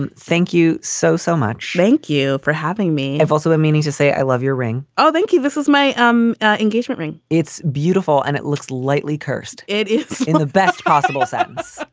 and thank you so, so much thank you for having me. i've also been meaning to say i love your ring. oh, thank you. this is my um engagement ring. it's beautiful and it looks lightly, kirst. it is in the best possible sense.